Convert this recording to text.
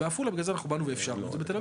ולכן, בעפולה אנחנו באנו ואישרנו את זה, ובתל